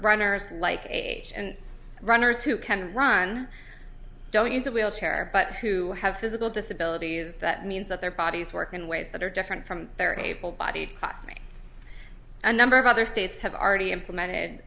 runners like age and runners who can run don't use a wheelchair but who have physical disabilities that means that their bodies work in ways that are different from their able bodied classmates a number of other states have already implemented